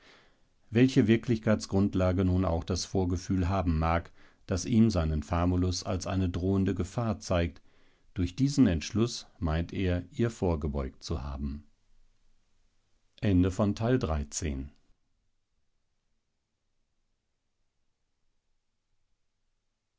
welche wirklichkeitsgrundlage nun auch das vorgefühl haben mag das ihm seinen famulus als eine drohende gefahr zeigt durch diesen entschluß meint er ihr vorgebeugt zu haben